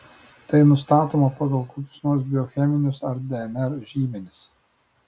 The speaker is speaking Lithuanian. tai nustatoma pagal kokius nors biocheminius ar dnr žymenis